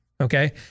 Okay